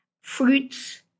fruits